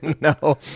No